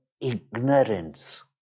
ignorance